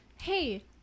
Hey